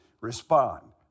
respond